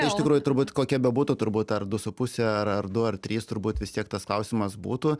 iš tikrųjų turbūt kokia bebūtų turbūt ar du su puse ar ar du ar trys turbūt vis tiek tas klausimas būtų